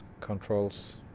controls